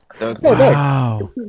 Wow